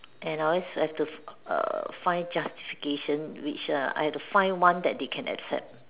and I always have to err find justification which (err)I have to find one that they can accept